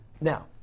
Now